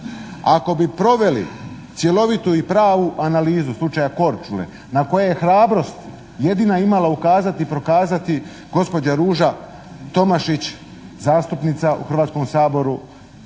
Ako bi proveli cjelovitu i pravu analizu slučaja Korčule na koje je hrabrost jedina imala ukazati, prokazati gospođa Ruža Tomašić zastupnica u Hrvatskom saboru,